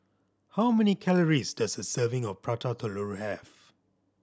how many calories does a serving of Prata Telur have